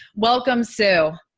welcome, sue.